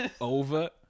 Over